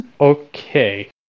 Okay